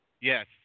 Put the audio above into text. Yes